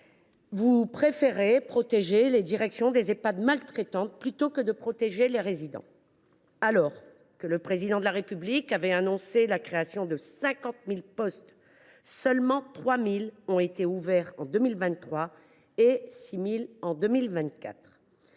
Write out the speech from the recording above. vous préférez protéger les directions des Ehpad maltraitants, plutôt que les résidents. Alors que le Président de la République avait annoncé la création de 50 000 postes, seulement 3 000 ont été ouverts en 2023 et 6 000 en 2024.